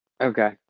Okay